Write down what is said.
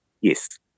Yes